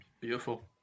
Beautiful